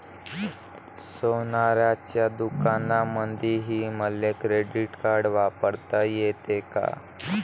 सोनाराच्या दुकानामंधीही मले क्रेडिट कार्ड वापरता येते का?